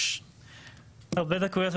יש הרבה דקויות,